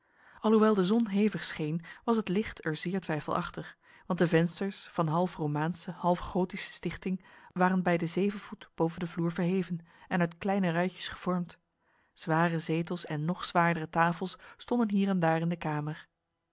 alhoewel de zon hevig scheen was het licht er zeer twijfelachtig want de vensters van half romaanse half gotische stichting waren bij de zeven voet boven de vloer verheven en uit kleine ruitjes gevormd zware zetels en nog zwaardere tafels stonden hier en daar in de kamer